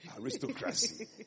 Aristocracy